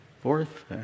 fourth